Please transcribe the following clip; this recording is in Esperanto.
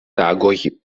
tagoj